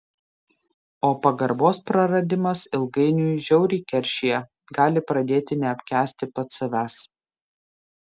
o pagarbos praradimas ilgainiui žiauriai keršija gali pradėti neapkęsti pats savęs